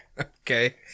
Okay